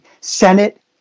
Senate